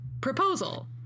proposal